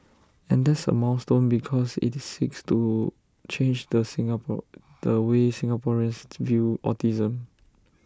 and that's A milestone because it's seeks to change the Singapore the way Singaporeans view autism